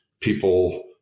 people